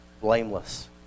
blameless